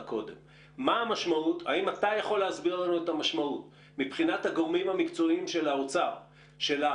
יכול להסביר לנו את המשמעות המקצועית של ההחלטה